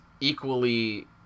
equally